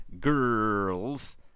girls